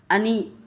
ꯑꯅꯤ